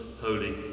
holy